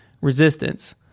resistance